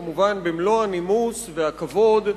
כמובן במלוא הנימוס והכבוד,